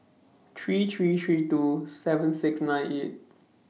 three three three two seven six nine eight